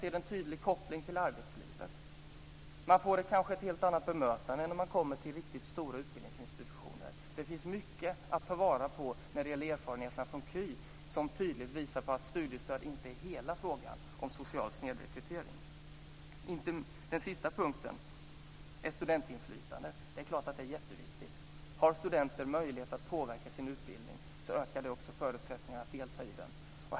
Man får kanske ett helt annat bemötande än när man kommer till riktigt stora utbildningsinstitutioner. Det finns mycket att ta vara på i erfarenheterna från KY, som tydligt visar på att studiestödet inte är hela svaret på frågan om social snedrekrytering. Den sista punkten är studentinflytandet. Det är klart att det är jätteviktigt. Har studenten möjlighet att påverka sin utbildning ökar det också förutsättningarna för deltagande i den.